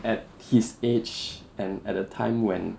at his age and at a time when